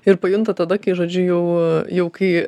ir pajunta tada kai žodžiu jau jau kai